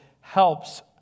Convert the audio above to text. helps